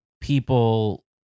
people